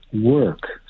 work